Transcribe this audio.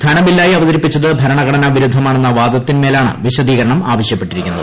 ധ്യഭൂബില്ലായി അവതരിപ്പിച്ചത് ഭരണഘടനാ വിരുദ്ധമാണെന്നു പ്രാദ്യത്തിന്മേലാണ് വിശദീകരണം ആവശ്യപ്പെട്ടിരിക്കുന്നത്